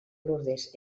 lourdes